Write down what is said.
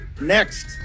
next